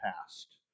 past